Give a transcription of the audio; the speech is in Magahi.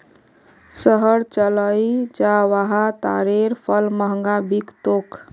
शहर चलइ जा वहा तारेर फल महंगा बिक तोक